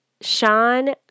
Sean